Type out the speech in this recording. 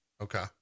Okay